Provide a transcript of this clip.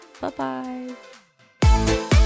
Bye-bye